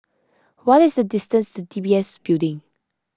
what is the distance to D B S Building